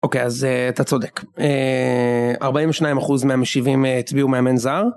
אוקיי אז אתה צודק, 42% מהמישיבים הצביעו מהמנזר.